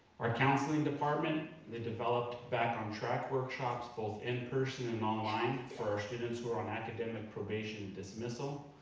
our counseling department, the developed back on track workshops, both in-person and online for our students who are on academic probation dismissal,